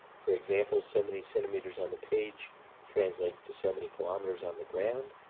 for example, so many centimeters on the page translates to so many kilometers on the ground.